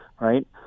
right